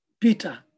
Peter